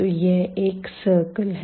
तो यह एक सर्किल है